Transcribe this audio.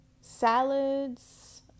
salads